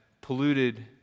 polluted